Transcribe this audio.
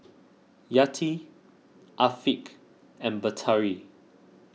Yati Afiq and Batari